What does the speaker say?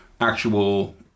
actual